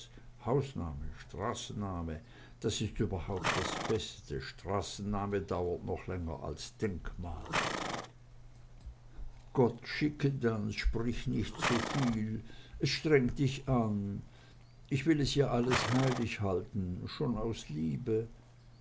hausname straßenname das ist überhaupt das beste straßenname dauert noch länger als denkmal gott schickedanz sprich nicht soviel es strengt dich an ich will es ja alles heilighalten schon aus liebe